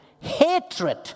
hatred